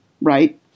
Right